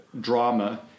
drama